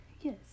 yes